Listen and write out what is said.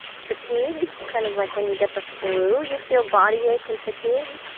fatigue kind of like when you get the flu, you feel body ache and fatigue.